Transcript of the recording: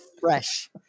fresh